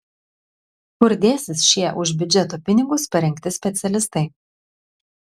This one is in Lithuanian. kur dėsis šie už biudžeto pinigus parengti specialistai